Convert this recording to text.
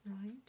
right